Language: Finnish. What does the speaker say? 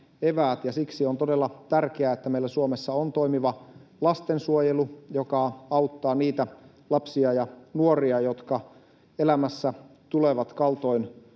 Siksi on todella tärkeää, että meillä Suomessa on toimiva lastensuojelu, joka auttaa niitä lapsia ja nuoria, jotka elämässä tulevat